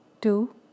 two